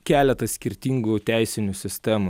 keletas skirtingų teisinių sistemų